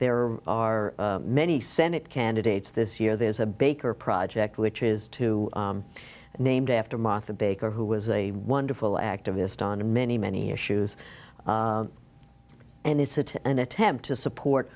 there are many senate candidates this year there's a baker project which is two named after martha baker who was a wonderful activist on many many issues and it's a to an attempt to support